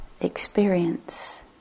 experience